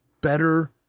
better